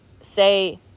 say